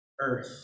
earth